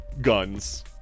guns